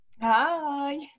Hi